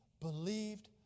believed